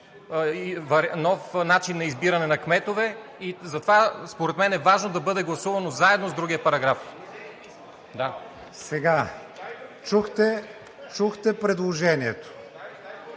нов начин на избиране на кметове и затова според мен е важно да бъде гласувано заедно с другия параграф. ПРЕДСЕДАТЕЛ КРИСТИАН